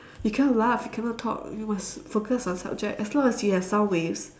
you cannot laugh you cannot talk you must focus on subject as long as you have sound waves